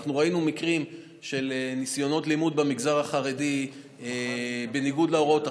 אנחנו ראינו מקרים של ניסיונות לימוד במגזר החרדי בניגוד להוראות עכשיו,